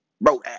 Bro